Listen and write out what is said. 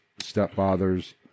stepfathers